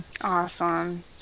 Awesome